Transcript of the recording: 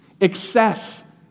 Excess